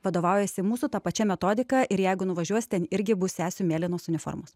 vadovaujasi mūsų ta pačia metodika ir jeigu nuvažiuos ten irgi bus sesių mėlynos uniformos